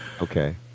okay